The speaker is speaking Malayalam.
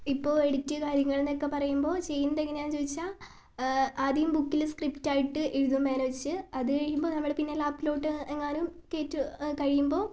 ഇപ്പോൾ എഡിറ്റ് കാര്യങ്ങൾ എന്നൊക്കെ പറയുമ്പോൾ ചെയ്യുന്നതെങ്ങനെയാണെന്ന് ചോദിച്ചാൽ ആദ്യം ബുക്കിൽ സ്ക്രിപ്റ്റ് ആയിട്ട് എഴുതും മാനേജ് അത് കഴിയുമ്പം നമ്മൾ പിന്നെ ലാപ്പിലോട്ട് എങ്ങാനും കയറ്റി കഴിയുമ്പോൾ